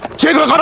chandra, but